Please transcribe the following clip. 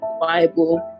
Bible